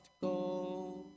go